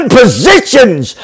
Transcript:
positions